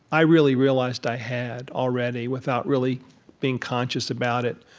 i really realized i had already without really being conscious about it.